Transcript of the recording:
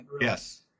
Yes